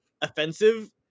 offensive